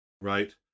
right